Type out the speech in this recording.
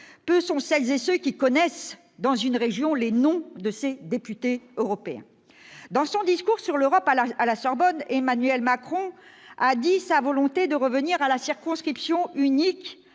sont les électeurs qui connaissent, dans une région, les noms de leurs députés européens. Dans son discours sur l'Europe à la Sorbonne, Emmanuel Macron a dit sa volonté de revenir à la circonscription unique